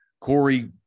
Corey